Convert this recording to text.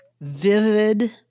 vivid